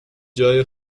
جای